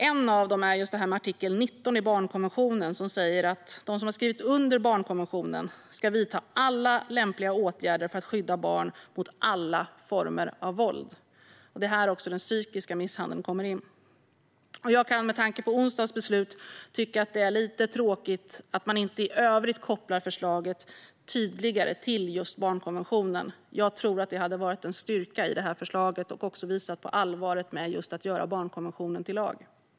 En av dem är artikel 19 i barnkonventionen, som säger att de som har skrivit under barnkonventionen ska vidta alla lämpliga åtgärder för att skydda barn mot alla former av våld. Det är här som även den psykiska misshandeln kommer in. Med tanke på onsdagens beslut kan jag tycka att det är lite tråkigt att man inte i övrigt kopplar förslaget tydligare till barnkonventionen. Jag tror att det hade varit en styrka i detta förslag och också visat på allvaret med att göra barnkonventionen till lag.